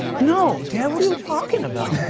no, dad, what are you talking about?